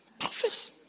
Office